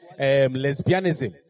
lesbianism